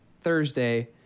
Thursday